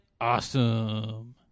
awesome